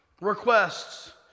requests